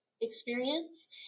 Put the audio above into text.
experience